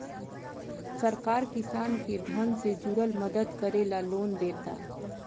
सरकार किसान के धन से जुरल मदद करे ला लोन देता